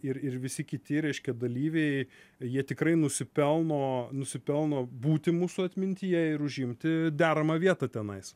ir ir visi kiti reiškia dalyviai jie tikrai nusipelno nusipelno būti mūsų atmintyje ir užimti deramą vietą tenais